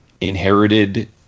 inherited